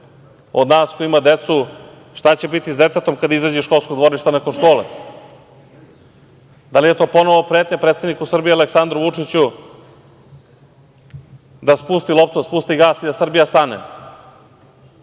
od nas ko ima decu šta će biti sa detetom kada izađe iz školskog dvorišta nakon škole? Da li je to ponovo pretnja predsedniku Srbije Aleksandru Vučiću da spusti loptu, da spusti gas i da Srbija stane? Da